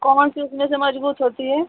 कौनसी उसमें से मजबूत होती है